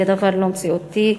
זה דבר לא מציאותי,